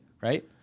right